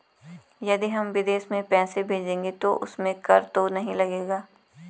यदि हम विदेश में पैसे भेजेंगे तो उसमें कर तो नहीं लगेगा?